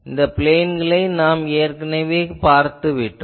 இந்த பிளேன்களை நாம் ஏற்கனவே பார்த்துவிட்டோம்